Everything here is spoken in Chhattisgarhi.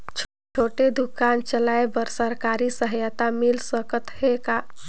छोटे दुकान चलाय बर सरकारी सहायता मिल सकत हे का?